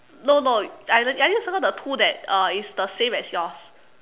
no no I just I just circle the two that uh is same as yours